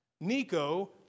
Nico